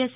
yes